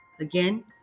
Again